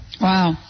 Wow